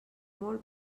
molt